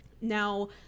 Now